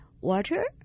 Water